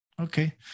Okay